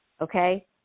Okay